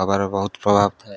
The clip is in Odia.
ହବାର ବହୁତ ପ୍ରଭାବ ଥାଏ